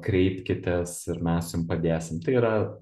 kreipkitės ir mes jum padėsim tai yra